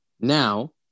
now